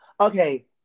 Okay